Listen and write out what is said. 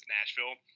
Nashville